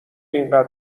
اینقدر